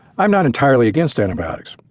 i'm not entirely against antibiotics.